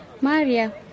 Maria